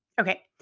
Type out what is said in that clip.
Okay